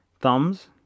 thumbs